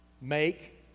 Make